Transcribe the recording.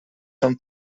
són